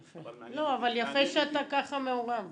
יפה שאתה ככה מעורב.